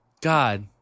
God